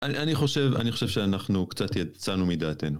אני חושב שאנחנו קצת יצאנו מדעתנו.